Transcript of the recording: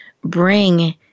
bring